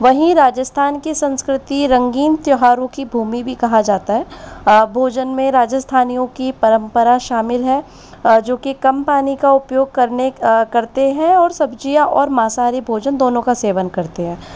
वहीं राजस्थान की संस्कृति रंगीन त्योहारों की भूमि भी कहा जाता है भोजन में राजस्थानियों की परंपरा शामिल है जो कि कम पानी का उपयोग करने करते हैं और सब्ज़ियाँ और मांसाहारी भोजन दोनों का सेवन करते हैं